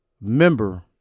Member